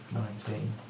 nineteen